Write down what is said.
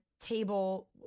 table